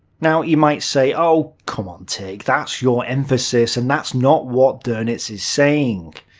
now, you might say oh come on tik, that's your emphasis, and that's not what donitz is saying.